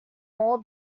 more